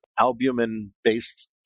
albumin-based